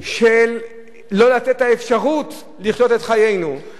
של לא לתת לנו את האפשרות לחיות את חיינו,